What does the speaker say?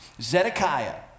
Zedekiah